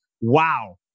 wow